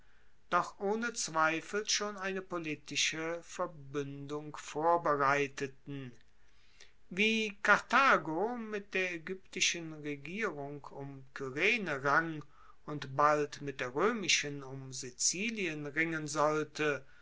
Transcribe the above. doch ohne zweifel schon eine politische verbuendung vorbereiteten wie karthago mit der aegyptischen regierung um kyrene rang und bald mit der roemischen um sizilien ringen sollte